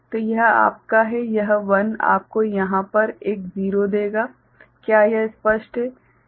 तो यह आपका है यह 1 आपको यहां पर एक 0 देगा क्या यह स्पष्ट है